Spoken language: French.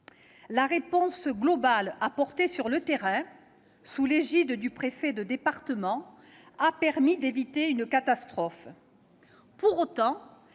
La réponse globale apportée sur le terrain, sous l'égide du préfet de département, a permis d'éviter une catastrophe. Pour autant,